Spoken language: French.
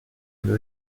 avait